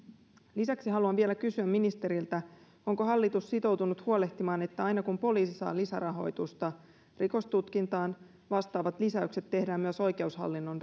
lisäksi haluan vielä kysyä ministeriltä onko hallitus sitoutunut huolehtimaan että aina kun poliisi saa lisärahoitusta rikostutkintaan vastaavat lisäykset tehdään myös oikeushallinnon